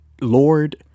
lord